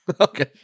Okay